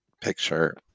picture